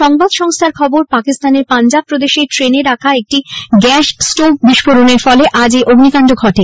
সংবাদসংস্হার খবর পাকিস্তানের পাঞ্জাব প্রদেশে ট্রেনে রাখা একটি গ্যাস স্টোভ বিস্ফোরণের ফলে আজ এই অগ্নিকান্ড ঘটে